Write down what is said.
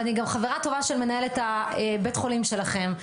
ואני גם חברה טובה של מנהלת בית החולים שלכם.